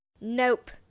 Nope